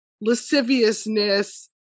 lasciviousness